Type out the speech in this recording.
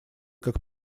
как